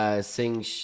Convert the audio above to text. Sing